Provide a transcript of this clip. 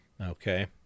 Okay